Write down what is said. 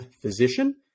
physician